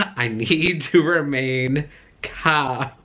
i need to remain calm.